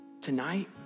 tonight